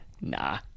Nah